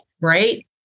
right